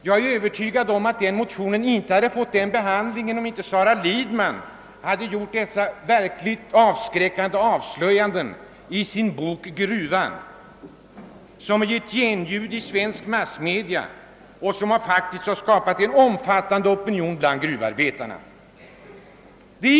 Jag är övertygad om att motionen inte hade fått den behandlingen om inte Sara Lidman i sin bok »Gruvan» gjort sina verkligt avskräckande avslöjanden, som givit genljud i svenska massmedia och som faktiskt skapat en omfattande opinion bland gruvarbetarna.